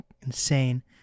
insane